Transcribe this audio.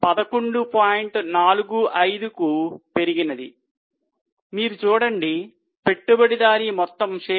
45కు పెరిగినది